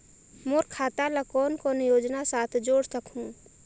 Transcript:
मोर खाता ला कौन कौन योजना साथ जोड़ सकहुं?